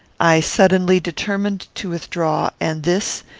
i suddenly determined to withdraw, and this,